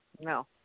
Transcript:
No